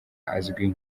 azwi